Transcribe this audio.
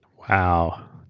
wow.